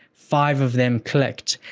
five of them clicked,